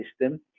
system